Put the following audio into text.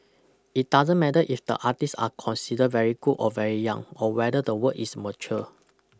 it doesn't matter if the artists are consider very good or very young or whether the work is mature